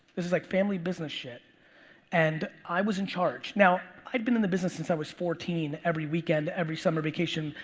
this is like family business shit and i was in charge. now, i'd been in the business since i was fourteen. every weekend, every summer vacation,